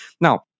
Now